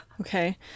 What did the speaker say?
Okay